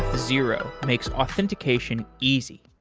zero makes authentication easy.